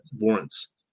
warrants